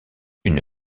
une